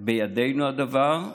בידינו הדבר,